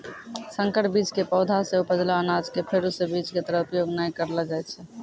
संकर बीज के पौधा सॅ उपजलो अनाज कॅ फेरू स बीज के तरह उपयोग नाय करलो जाय छै